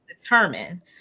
determine